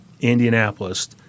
Indianapolis